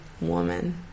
woman